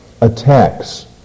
attacks